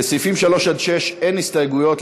לסעיפים 3 6 אין הסתייגויות,